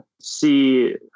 see